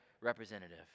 representative